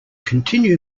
continue